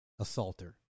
assaulter